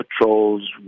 patrols